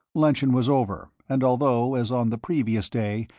luncheon was over, and although, as on the previous day,